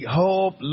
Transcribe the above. hope